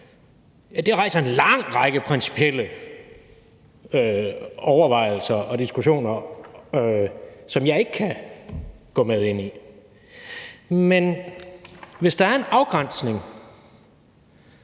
det rejser en lang række principielle overvejelser og diskussioner, som jeg ikke kan gå med ind i. Men hvis der er afgrænsning,